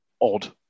odd